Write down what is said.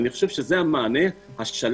אני חושב שזה המענה השלם,